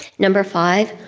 number five,